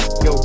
yo